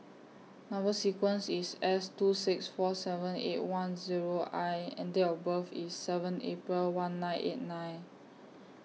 Number sequence IS S two six four seven eight one Zero I and Date of birth IS seven April one nine eight nine